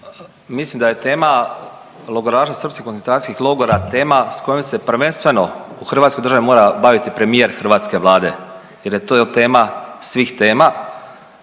Mislim da je tema logoraša srpskih koncentracijskih logora tema s kojom se prvenstveno u hrvatskoj državi mora baviti premijer hrvatske Vlade jer je to tema svih tema